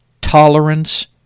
tolerance